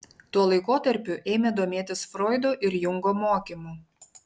tuo laikotarpiu ėmė domėtis froido ir jungo mokymu